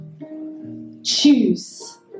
Choose